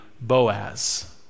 Boaz